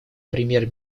премьер